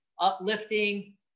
uplifting